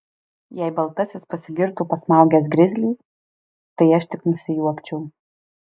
jei baltasis pasigirtų pasmaugęs grizlį tai aš tik nusijuokčiau